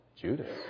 Judas